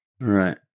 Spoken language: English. Right